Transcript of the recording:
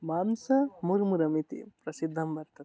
मांसमुर्मुरमिति प्रसिद्दं वर्तते